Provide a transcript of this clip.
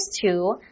two